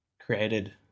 created